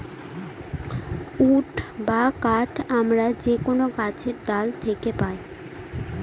would বা কাঠ আমরা যে কোনো গাছের ডাল থাকে পাই